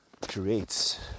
creates